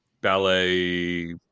ballet